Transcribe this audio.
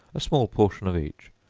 a small portion of each,